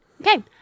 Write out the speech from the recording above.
Okay